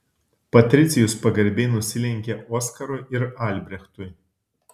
patricijus pagarbiai nusilenkė oskarui ir albrechtui